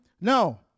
No